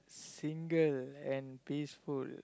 single and peaceful